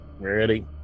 Ready